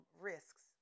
risks